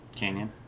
Canyon